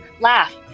laugh